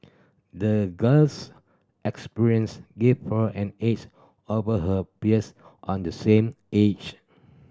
the girl's experience gave her an edge over her peers on the same age